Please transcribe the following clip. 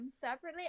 separately